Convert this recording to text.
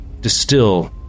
distill